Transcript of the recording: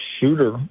shooter